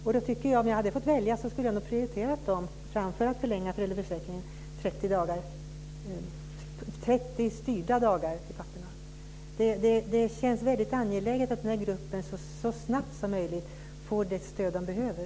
Om jag hade fått välja skulle jag nog ha prioriterat dem framför att förlänga föräldraförsäkringen med 30 styrda dagar till papporna. Det känns väldigt angeläget att den här gruppen så snabbt som möjligt får det stöd den behöver.